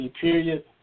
period